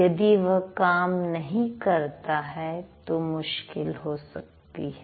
यदि वह काम नहीं करता है तो मुश्किल हो सकती है